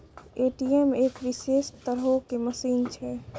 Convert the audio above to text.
ATM एक विशेष तरहो के मशीन छै